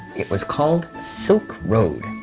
it was called silk road.